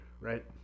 right